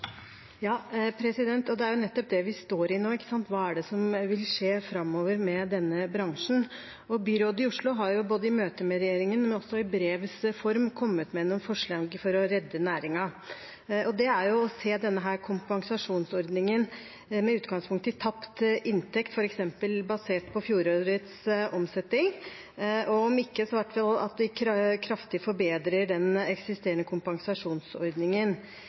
Det er nettopp det vi står i nå: Hva er det som vil skje framover med denne bransjen? Byrådet i Oslo har både i møte med regjeringen og i brevs form kommet med noen forslag for å redde næringen. Det er bl.a. å se denne kompensasjonsordningen med utgangspunkt i tapt inntekt, f.eks. basert på fjorårets omsetning, og om ikke at vi i hvert fall kraftig forbedrer den eksisterende kompensasjonsordningen.